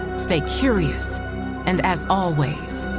stay curious and as always,